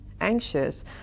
anxious